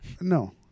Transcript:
No